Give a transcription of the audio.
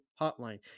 hotline